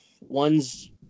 One's